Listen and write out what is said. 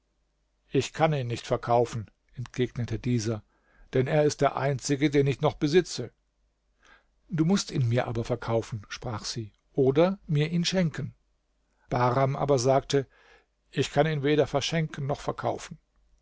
ich kann ihn nicht verkaufen entgegnete dieser denn er ist der einzige den ich noch besitze du mußt ihn mir aber verkaufen sprach sie oder mir ihn schenken bahram aber sagte ich kann ihn weder verschenken noch verkaufen